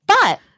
But-